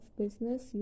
business